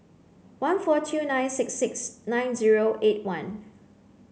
one four two nine six six nine zero eight one